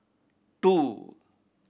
two